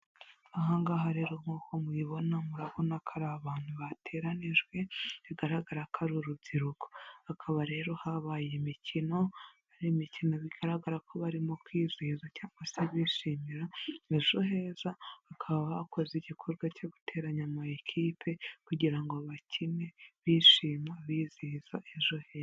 Aha ngaha rero nk'uko mubibona, murabona ko ari abantu bateranijwe bigaragara ko ari urubyiruko, hakaba rero habaye imikino, hari imikino bigaragara ko barimo kwizihiza cyangwa se bishimira Ejo Heza bakaba bakoze igikorwa cyo guteranya amakipe kugira ngo bakine bishima bizihiza Ejo Heza.